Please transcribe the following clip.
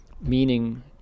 meaning